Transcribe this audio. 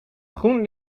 groen